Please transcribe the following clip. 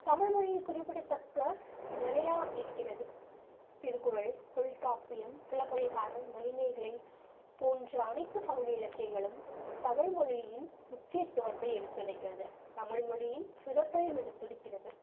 தமிழ்மொழியில் குறிப்பிடத்தக்க நிறைய இருக்கிறது திருக்குறள் தொல்காப்பியம் சிலப்பதிகாரம் மணிமேகலை போன்ற அனைத்து சங்க இலக்கியங்களும் தமிழ்மொழியின் முக்கியத்துவத்தை எடுத்துரைக்கிறது தமிழ்மொழியின் சிறப்பையும் எடுத்துரைக்கிறது